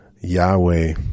Yahweh